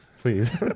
Please